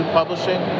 publishing